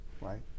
right